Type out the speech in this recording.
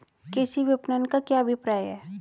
कृषि विपणन का क्या अभिप्राय है?